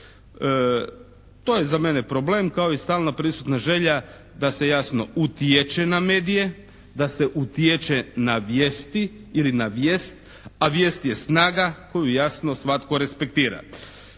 To je za mene problem kao i stalna prisutna želja da se jasno utječe na medije, da se utječe na vijesti ili na vijest a vijest je snaga koju jasno svatko respektira.